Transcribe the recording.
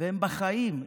והם בחיים.